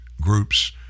groups